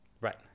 Right